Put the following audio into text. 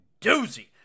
doozy